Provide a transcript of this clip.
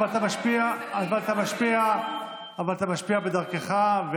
אבל אתה משפיע בדרכך,